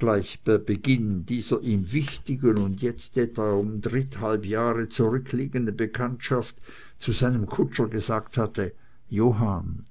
gleich bei beginn dieser ihm wichtigen und jetzt etwa um dritthalb jahre zurückliegenden bekanntschaft zu seinem kutscher gesagt hatte johann